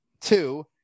Two